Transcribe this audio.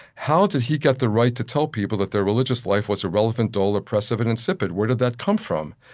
how did he get the right to tell people that their religious life was irrelevant, dull, oppressive, and insipid? where did that come from?